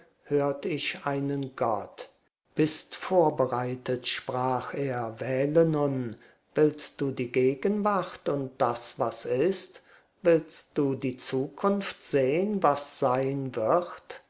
hört ich einen gott bist vorbereitet sprach er wähle nun willst du die gegenwart und das was ist willst du die zukunft sehn was sein wird